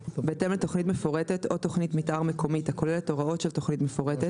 לתוכנית מפורטת או תוכנית מיתאר מקומית הכוללת הוראות של תוכנית מפורטת,